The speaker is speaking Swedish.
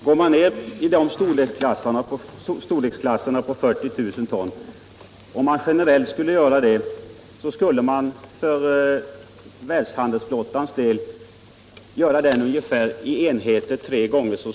Herr talman! Om man generellt skulle gå över till fartyg på 40 000 ton, skulle världstankerflottan i enheter räknat bli tre gånger större än vad den f.n. är.